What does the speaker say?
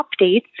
updates